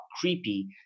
creepy